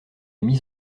mise